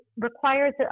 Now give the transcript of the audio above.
requires